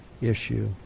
issue